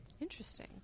Interesting